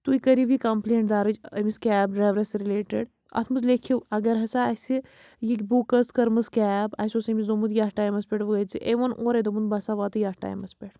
تُہۍ کٔرِو یہِ کمپٕلینٹ دَرٕج أمِس کیب ڈرٛایورَس رِلیٹٕڈ اَتھ منٛز لیٚکھِو اگر ہَسا اَسہِ یہِ بُک أس کٔرمٕژ کیب اَسہِ اوس أمِس دوٚپمُت یَتھ ٹایمس پٮ۪ٹھ وٲتۍزِ أمۍ ووٚن اورَے دوٚپُن بہٕ ہَسا واتہٕ یَتھ ٹایمس پٮ۪ٹھ